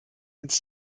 ins